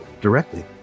directly